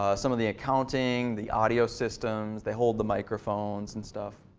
ah some of the accounting, the audio systems, they hold the microphones and stuff.